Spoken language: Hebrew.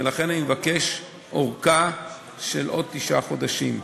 ולכן אני מבקש ארכה של עוד תשעה חודשים.